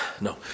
No